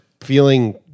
feeling